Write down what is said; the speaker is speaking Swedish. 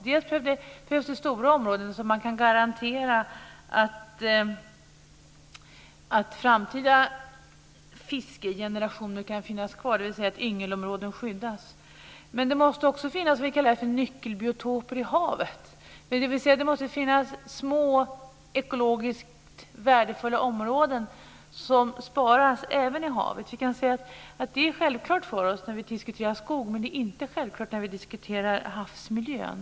Det behövs stora områden, så att man kan garantera att framtida fiskegenerationer kan finnas kvar, dvs. att yngelområden skyddas. Men det måste också finnas det vi kallar för nyckelbiotoper i havet. Det måste finnas små, ekologiskt värdefulla områden som sparas även i havet. Det är självklart för oss när vi diskuterar skog, men det är inte självklart när vi diskuterar havsmiljön.